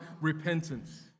repentance